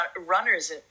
runners